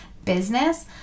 business